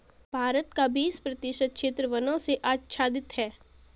भारत का बीस प्रतिशत क्षेत्र वनों से आच्छादित है